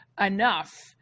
enough